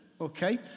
Okay